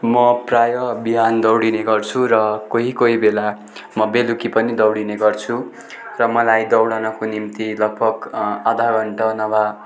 म प्रायः बिहान दौडिने गर्छु र कोही कोही बेला म बेलुकी पनि दौडिने गर्छु र मलाई दौडनको निम्ति लगभग आधा घन्टा नभए